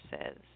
says